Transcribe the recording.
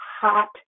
hot